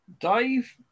Dave